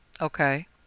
Okay